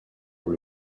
pour